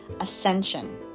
ascension